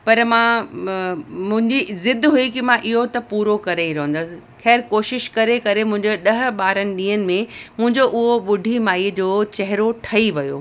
पर मां मुंहिंजी ज़िद हुई की मां इहो त पूरो करे ई रहंदसि ख़ैरु कोशिशि करे करे मुंहिंजो ॾह ॿारहनि ॾींहनि में मुंहिंजो उहो ॿुढी माईअ जो चहिरो ठही वियो